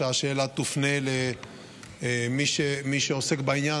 שהשאלה תופנה למי שעוסק בעניין.